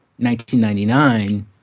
1999